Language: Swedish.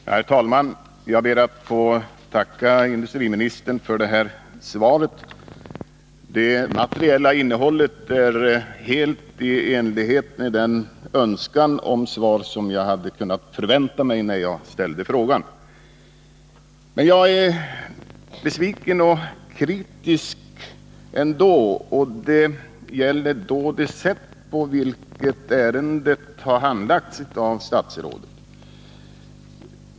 Herr talman! Jag ber att få tacka industriministern för det här svaret. Det materiella innehållet är helt i enlighet med det svar som jag hade kunnat förvänta mig när jag ställde frågan. Men jag är besviken och kritisk ändå. Det gäller det sätt på vilket ärendet har handlagts av statsrådet.